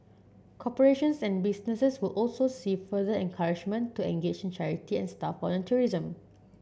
corporations and businesses will also see further encouragement to engage in charity and staff volunteerism